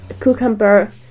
cucumber